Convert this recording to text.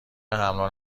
حمل